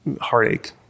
heartache